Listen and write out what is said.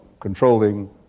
Controlling